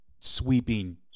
sweeping